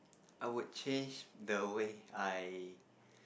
I would change the way I